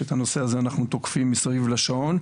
שאת הנושא הזה אנחנו תוקפים מסביב לשעון,